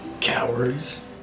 cowards